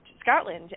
Scotland